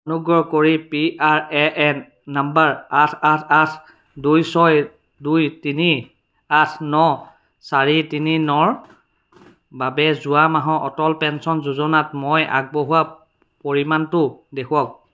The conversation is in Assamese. অনুগ্ৰহ কৰি P R A N number আঠ আঠ আঠ দুই ছয় দুই তিনি আঠ ন চাৰি তিনি ন ৰ বাবে যোৱা মাহত অটল পেঞ্চন যোজনাত মই আগবঢ়োৱা পৰিমাণটো দেখুৱাওক